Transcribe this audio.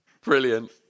Brilliant